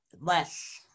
Less